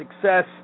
Success